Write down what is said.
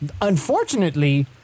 unfortunately